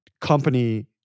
company